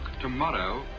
tomorrow